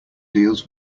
deals